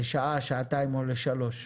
לשעה שעתיים או לשלוש,